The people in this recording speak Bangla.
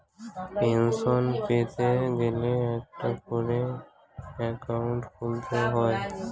পেনশন পেতে গেলে একটা করে অ্যাকাউন্ট খুলতে হয়